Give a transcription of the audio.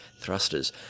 thrusters